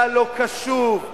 היה לא-קשוב,